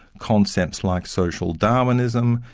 concepts like social darwinism,